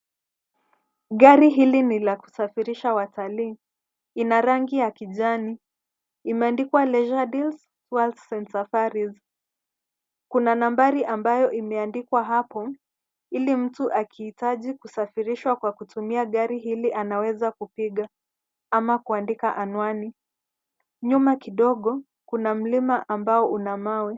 Gari hili ni la kusafirisha watalii. Ina rangi ya kijani, imeandikwa Leisuredeals Tours&Safaris . Kuna nambari ambayo imeandikwa hapo, ili mtu akihitaji kusafirishwa kwa kutumia gari hili anaweza kupiga ama kuandika anwani. Nyuma kidogo, kuna mlima ambao una mawe.